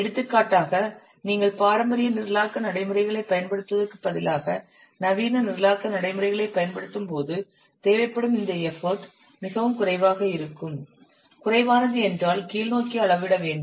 எடுத்துக்காட்டாக நீங்கள் பாரம்பரிய நிரலாக்க நடைமுறைகளைப் பயன்படுத்துவதற்குப் பதிலாக நவீன நிரலாக்க நடைமுறைகளைப் பயன்படுத்தும் போது தேவைப்படும் இந்த எஃபர்ட் மிகவும் குறைவாக இருக்கும் குறைவானது என்றால் கீழ்நோக்கி அளவிட வேண்டும்